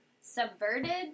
subverted